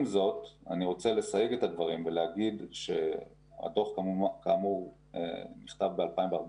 עם זאת אני רוצה לסייג את הדברים ולהגיד שמאז נכתב הדוח ב-2014